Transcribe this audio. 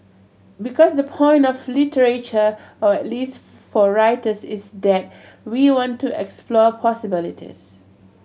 because the point of literature or at least for writers is that we want to explore possibilities